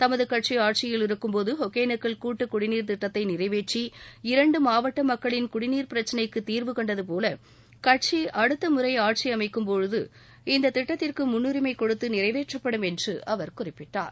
தமது கட்சி ஆட்சியில் இருக்கும்போது ஒகனேக்கல் கூட்டுக்குடிநீர் திட்டத்தை நிறைவேற்றி இரண்டு மாவட்ட மக்களின் குடிநீர் பிரச்னைக்கு தீர்வு கண்டதுபோல கட்சி அடுத்த முறை ஆட்சி அமைக்கும்போது இந்தத் திட்டதிற்கு முன்னுரிமை கொடுத்து நிறைவேற்றப்படும் என்று அவர் குறிப்பிட்டார்